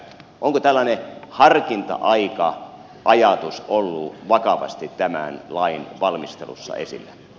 onko tällainen harkinta aika ajatus ollut vakavasti tämän lain valmistelussa esillä